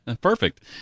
Perfect